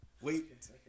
wait